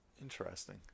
interesting